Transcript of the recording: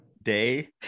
day